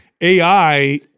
AI